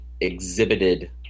exhibited